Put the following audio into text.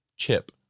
chip